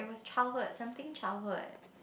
childhood something childhood